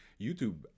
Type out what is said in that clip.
YouTube